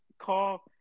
call